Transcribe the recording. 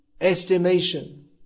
estimation